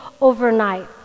overnight